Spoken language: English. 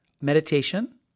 meditation